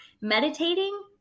Meditating